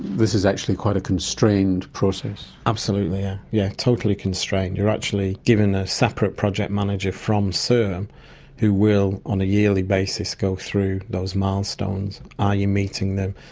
this is actually quite a constrained process. absolutely, yes, yeah totally constrained. you're actually given a separate project manager from cirm who will on a yearly basis go through those milestones are you meeting them?